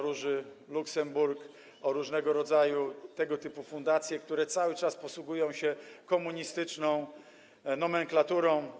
Róży Luksemburg, o różnego rodzaju fundacje, które cały czas posługują się komunistyczną nomenklaturą.